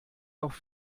noch